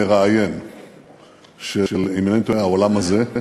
כמראיין של, אם אינני טועה, "העולם הזה",